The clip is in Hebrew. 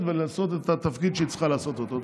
ולעשות את התפקיד שהיא צריכה לעשות אותו.